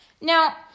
now